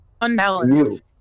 unbalanced